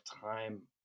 time